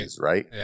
right